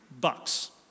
bucks